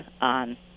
on